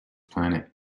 planet